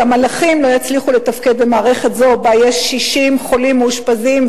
וגם מלאכים לא יצליחו לתפקד במערכת זו שבה יש 60 חולים מאושפזים,